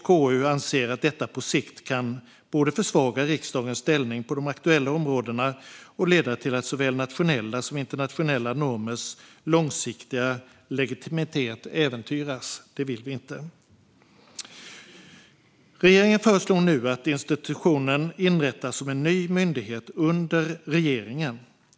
KU anser att detta på sikt kan försvaga riksdagens ställning på de aktuella områdena och leda till att såväl nationella som internationella normers långsiktiga legitimitet äventyras. Det vill vi inte. Regeringen föreslår nu att institutet inrättas som en ny myndighet under regeringen.